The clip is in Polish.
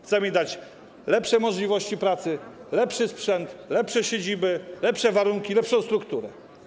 Chcemy im dać lepsze możliwości pracy, lepszy sprzęt, lepsze siedziby, lepsze warunki, lepszą strukturę.